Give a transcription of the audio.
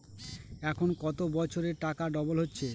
এখন কত বছরে টাকা ডবল হচ্ছে?